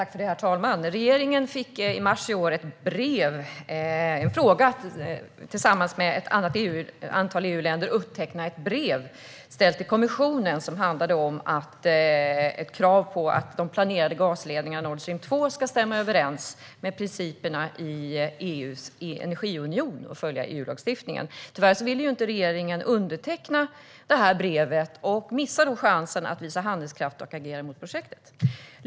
Herr talman! Regeringen fick i mars i år en fråga om att tillsammans med ett antal EU-länder underteckna ett brev ställt till kommissionen med ett krav på att den planerade gasledningen Nord Stream 2 ska stämma överens med principerna i EU:s energiunion och följa EU-lagstiftningen. Tyvärr ville inte regeringen underteckna det här brevet och missade då chansen att visa handlingskraft och agera mot projektet.